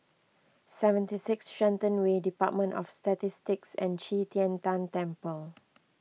seventy six Shenton Way Department of Statistics and Qi Tian Tan Temple